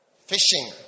fishing